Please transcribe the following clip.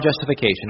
justification